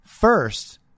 First